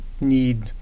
need